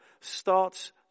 starts